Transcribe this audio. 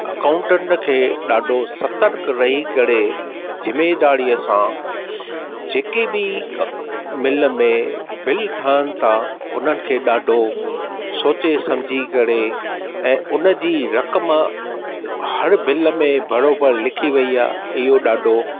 accountant खे ॾाढो सतर्क रही करे ज़िमेदारीअ सां जेके बि मिल में बिल ठहिनि ता हुन खे ॾाढो सोचे समझी करे ऐं हुन जी रक़म हर बिल में बरोबर लिखी वई आहे इहो ॾाढो